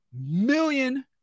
Million